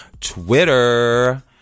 Twitter